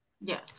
Yes